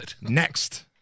next